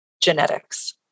genetics